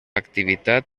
activitat